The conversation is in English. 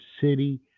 City